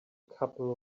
couple